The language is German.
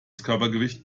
körpergewicht